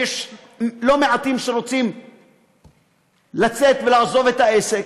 ויש לא מעטים שרוצים לצאת ולעזוב את העסק.